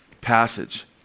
passage